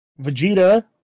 Vegeta